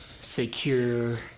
secure